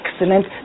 excellent